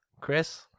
Chris